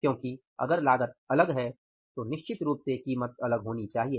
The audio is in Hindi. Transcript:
क्योंकि अगर लागत अलग है तो निश्चित रूप से कीमत अलग होनी चाहिए